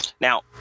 Now